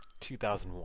2001